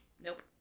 Nope